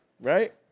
right